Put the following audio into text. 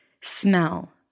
Smell